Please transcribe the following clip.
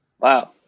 wow